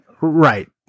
Right